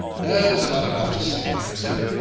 there's about enough to suit me i said.